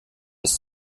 ist